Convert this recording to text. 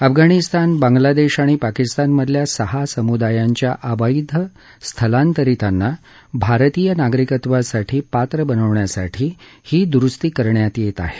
अफगाणिस्तान बांग्लादेश आणि पाकिस्तानमधल्या सहा समुदायांच्या अवैध स्थालांतरितांना भारतीय नागरिकत्वासाठी पात्र बनवण्यासाठी ही दुरुस्ती करण्यात येत आहेत